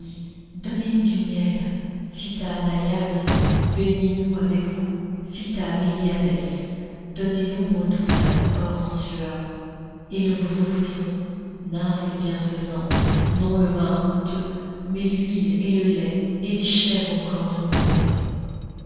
donnez-nous du miel phitta naïades baignez nous avec vous phitta méliades donnez l'ombre douce à nos corps en sueur et nous vous offrirons nymphes bienfaisantes non le vin honteux mais l'huile et le lait et des chèvres aux cornes courbes